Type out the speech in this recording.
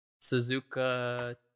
Suzuka